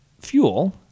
fuel